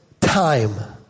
time